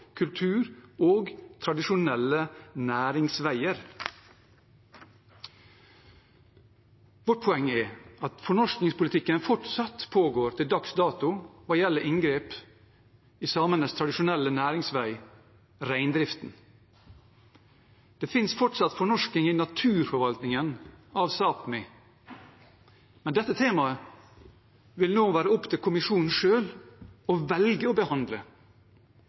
kultur og tradisjonelle næringsveier.» Vårt poeng er at fornorskingspolitikken fortsatt pågår – til dags dato – og gjelder inngrep i samenes tradisjonelle næringsvei, reindriften. Det finnes fortsatt fornorsking i naturforvaltningen av Sápmi, men dette temaet vil nå være opp til kommisjonen selv å velge å behandle.